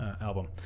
album